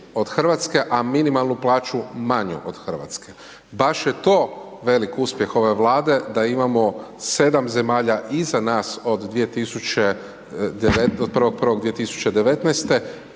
od Hrvatske, a minimalnu plaću manju od Hrvatske. Baš je to veliki uspjeh ove vlade da imamo 7 zemalja iza nas od 1.1.2019.